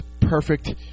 perfect